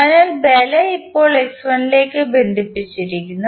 അതിനാൽ ബലം ഇപ്പോൾ x1 ലേക്ക് ബന്ധിപ്പിച്ചിരിക്കുന്നു